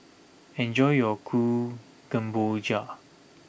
enjoy your Kuih Kemboja